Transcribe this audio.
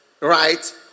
right